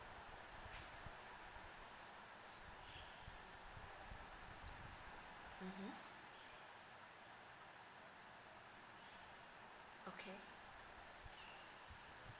mmhmm okay